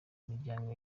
imiryango